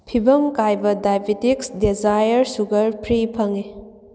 ꯐꯤꯕꯝ ꯀꯥꯏꯕ ꯗꯥꯏꯕꯦꯇꯤꯛꯁ ꯗꯦꯖꯥꯌꯥꯔ ꯁꯨꯒꯔ ꯐ꯭ꯔꯤ ꯐꯪꯏ